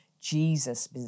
Jesus